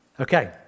Okay